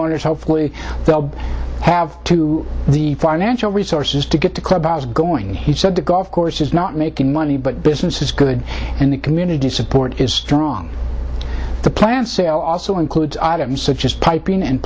owners hopefully they'll have to the financial resources to get the clubs going he said the golf course is not making money but business is good and the community support is strong the plan sale also includes items such as piping and